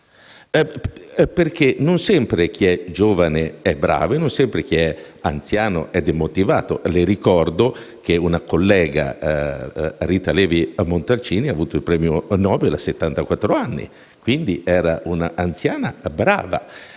sempre, infatti, chi è giovane è bravo, e non sempre chi è anziano è demotivato. Le ricordo che una collega, Rita Levi Montalcini ha avuto il premio Nobel a settantaquattro anni, quindi era un'anziana brava.